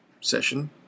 session